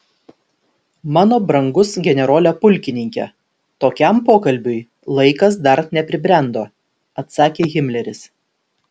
mano brangus generole pulkininke tokiam pokalbiui laikas dar nepribrendo atsakė himleris